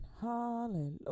Hallelujah